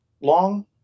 long